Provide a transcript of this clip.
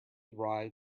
rye